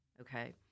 okay